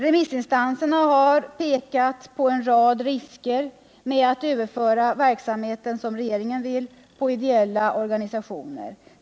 Remissinstanserna har pekat på en rad risker med att överföra verksamheten, som regeringen vill, på ideella organisationer.